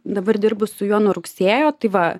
dabar dirbu su juo nuo rugsėjo tai va